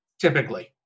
Typically